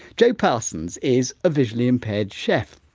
jo parsons is a visually impaired chef.